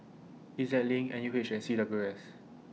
E Z LINK N U H and C W S